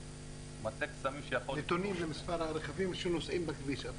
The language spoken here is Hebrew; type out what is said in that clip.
מטה קסמים שיכול ------ נתונים על מספר הרכבים שנוסעים בכביש.